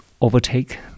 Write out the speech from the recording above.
overtake